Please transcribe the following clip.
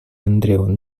andreu